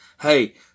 hey